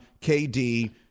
KD